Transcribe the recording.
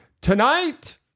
tonight